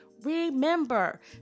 remember